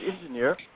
engineer